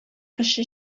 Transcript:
кеше